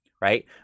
right